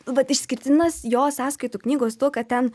vat išskirtinas jo sąskaitų knygos tuo kad ten